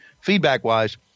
feedback-wise –